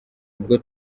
google